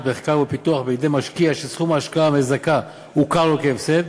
מחקר ופיתוח בידי משקיע שסכום ההשקעה המזכה הוכר לו כהפסד,